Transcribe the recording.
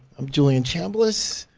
i'm julian chambliss,